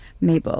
Mabel